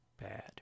bad